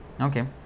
Okay